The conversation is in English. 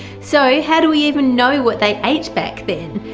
so how do we even know what they ate back then?